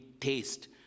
taste